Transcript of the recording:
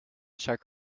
czech